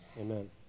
amen